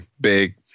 big